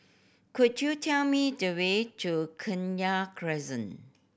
could you tell me the way to Kenya Crescent